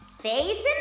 Face